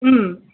ꯎꯝ